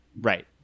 Right